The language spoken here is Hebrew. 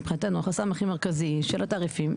מבחינתנו החסם הכי מרכזי של התעריפים,